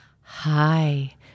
Hi